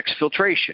exfiltration